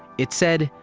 it said,